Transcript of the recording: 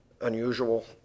unusual